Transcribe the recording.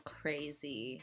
crazy